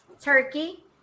turkey